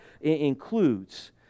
includes